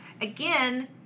again